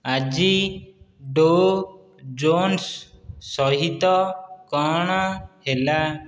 ଆଜି Dow Jones ସହିତ କଣ ହେଲା